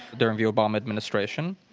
during the obama administration.